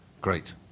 Great